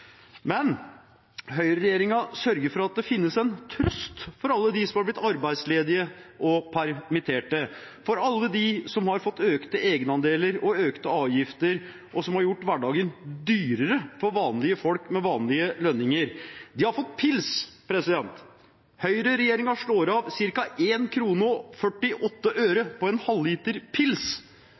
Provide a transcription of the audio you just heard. Men høyreregjeringen sørger for at det finnes en trøst for alle dem som er blitt arbeidsledige og permittert, for alle dem som har fått økte egenandeler og økte avgifter, og som har opplevd at hverdagen er blitt gjort dyrere for vanlige folk med vanlige lønninger: De har fått pils. Høyreregjeringen slår av ca. 1 krone og 48 øre på en halvliter pils.